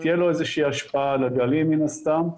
תהיה לו איזושהי השפעה על הגלים מן הסתם,